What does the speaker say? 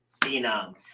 phenom